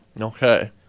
Okay